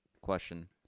question